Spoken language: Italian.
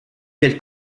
del